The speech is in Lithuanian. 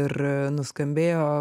ir nuskambėjo